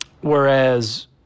whereas